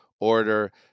order